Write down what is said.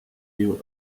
you